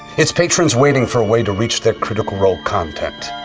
its patrons waiting for a way to reach their critical role content.